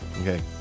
Okay